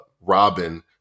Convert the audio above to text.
Robin